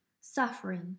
suffering